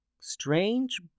Strange